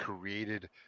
created